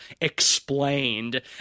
explained